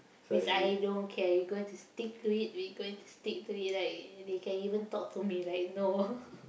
which I don't care we going to stick to it we going to stick to it like they can even talk to me like no